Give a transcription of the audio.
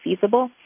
feasible